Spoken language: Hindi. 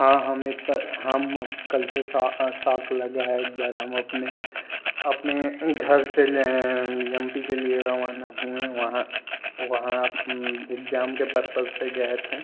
हाँ हमें हम कल्चर साक लगा है एक बार हम अपने अपने घर से यम पी के लिए रवाना हूँ वहाँ वहाँ एक्जाम के परपस से गये थे